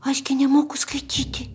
aš gi nemoku skaityti